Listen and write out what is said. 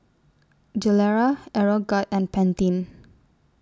Gilera Aeroguard and Pantene